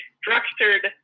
structured